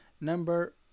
Number –